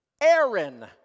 Aaron